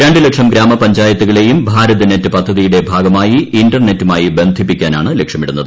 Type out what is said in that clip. രണ്ട് ലക്ഷ് ഗ്രാമ്പഞ്ചായത്തുകളെയും ഭാരത്നെറ്റ് പദ്ധതിയുടെ ഭാഗമായി ഇന്റർറ്റെറ്റുമായി ബന്ധിപ്പിക്കാനാണ് ലക്ഷ്യമിടുന്നത്